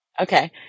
Okay